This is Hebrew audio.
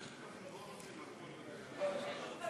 של קבוצת